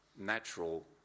natural